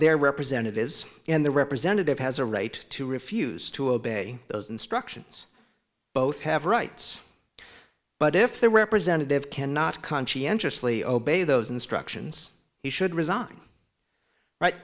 their representatives in the representative has a right to refuse to obey those instructions both have rights but if the representative cannot conscientiously obey those instructions he should resign right